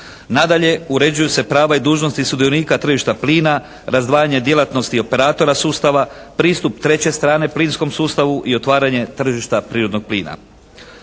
Nadalje, uređuju se prava i dužnosti sudionika tržišta plina, razdvajanje djelatnosti operatora sustava, pristup treće strane plinskom sustavu i otvaranje tržišta prirodnog plina.